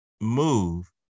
move